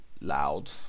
loud